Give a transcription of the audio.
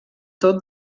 tot